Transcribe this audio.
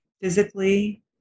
physically